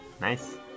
Nice